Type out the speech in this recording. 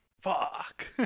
Fuck